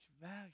value